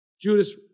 Judas